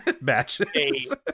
matches